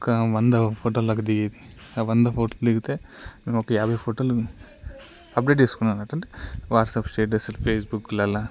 ఒక వంద ఫోటోలు దాకా దిగేది ఆ వంద ఫోటోలు దిగితే మేము ఒక యాభై ఫోటోలు అప్డేట్ చేసుకున్నట్టు వాట్సాప్ స్టేటస్లల్లో ఫేస్బుక్లల్లో